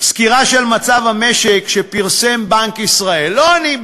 סקירה של מצב המשק שפרסם בנק ישראל לא אני,